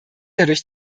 dadurch